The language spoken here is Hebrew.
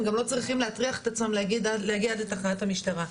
הם גם לא צריכים להטריח את עצמם להגיע עד לתחנת המשטרה.